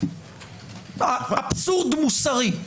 אבסורד מוסרי,